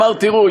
אמר: תראו,